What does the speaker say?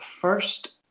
first